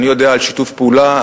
אני יודע על שיתוף פעולה,